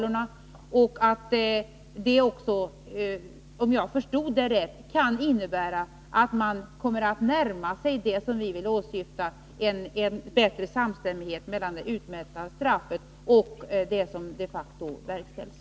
Om jag förstod detta rätt kan det innebära att man kommer att närma sig det som vi åsyftar, nämligen en bättre samstämmighet mellan det utmätta straffet och det som de facto verkställs.